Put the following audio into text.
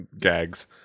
gags